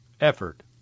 effort